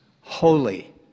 holy